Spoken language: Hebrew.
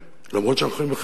אם עוד לא הצלחנו להגיע להישגים,